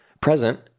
present